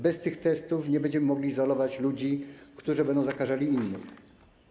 Bez tych testów nie będziemy mogli izolować ludzi, którzy będą zakażali innych.